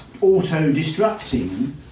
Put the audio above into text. auto-destructing